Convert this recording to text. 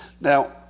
Now